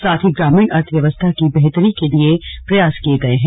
साथ ही ग्रामीण अर्थव्यवस्था की बेहतरी के प्रयास किये गये हैं